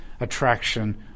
attraction